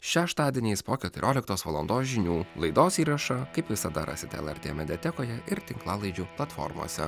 šeštadieniais po keturioliktos valandos žinių laidos įrašą kaip visada rasite lrt mediatekoje ir tinklalaidžių platformose